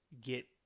get